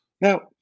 Now